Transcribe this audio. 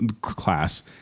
class